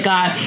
God